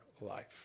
life